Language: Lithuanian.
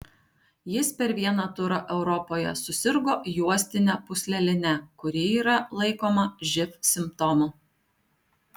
jis per vieną turą europoje susirgo juostine pūsleline kuri yra laikoma živ simptomu